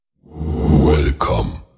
Welcome